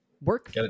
work